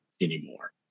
anymore